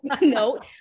no